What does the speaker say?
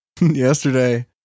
yesterday